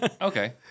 Okay